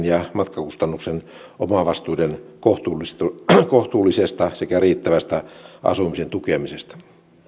ja matkakustannusten omavastuiden kohtuullisuudesta sekä riittävästä asumisen tukemisesta